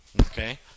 Okay